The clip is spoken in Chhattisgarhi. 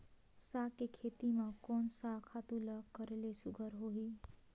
साग के खेती म कोन स खातु ल करेले सुघ्घर होही?